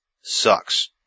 sucks